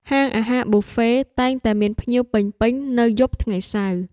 ហាងអាហារប៊ូហ្វេ (Buffet) តែងតែមានភ្ញៀវពេញៗនៅយប់ថ្ងៃសៅរ៍។